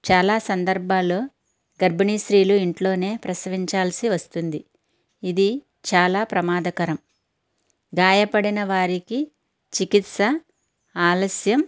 చాలా సందర్భాల్లో గర్భిణీ స్త్రీలు ఇంట్లోనే ప్రసవించాల్సి వస్తుంది ఇది చాలా ప్రమాదకరం గాయపడిన వారికి చికిత్స ఆలస్యం